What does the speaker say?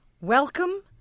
welcome